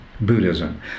Buddhism